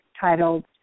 titled